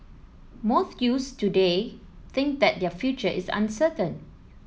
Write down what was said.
most youths today think that their future is uncertain